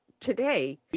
today